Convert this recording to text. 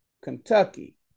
Kentucky